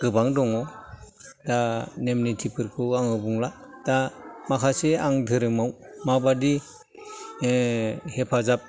गोबां दङ दा नेम निथिफोरखौ आं बुंला दा माखासे आं धोरोमाव मा बायदि हेफाजाब